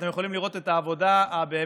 אתם יכולים לראות את העבודה הבאמת-מרשימה